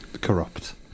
corrupt